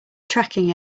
tracking